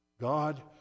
God